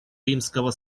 римского